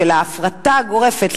של ההפרטה הגורפת,